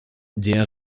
der